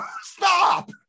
Stop